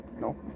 No